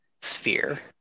sphere